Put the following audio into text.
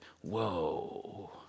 whoa